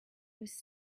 was